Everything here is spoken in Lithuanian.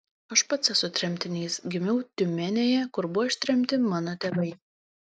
aš pats esu tremtinys gimiau tiumenėje kur buvo ištremti mano tėvai